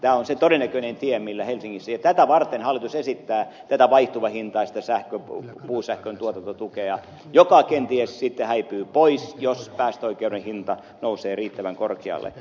tämä on se todennäköinen tie millä helsingissä edetään ja tätä varten hallitus esittää tätä vaihtuvahintaista puusähkön tuotantotukea joka kenties sitten häipyy pois jos päästöoikeuden hinta nousee riittävän korkealle